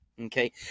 okay